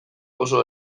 oso